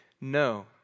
No